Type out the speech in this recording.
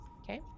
Okay